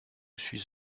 suis